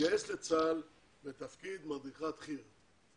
תתגייס לצה"ל בתפקיד מדריכת חי"ר.